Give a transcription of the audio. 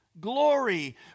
glory